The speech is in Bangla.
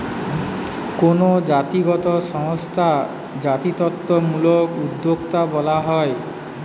কোনো জাতিগত সংস্থা জাতিত্বমূলক উদ্যোক্তা বলা হয়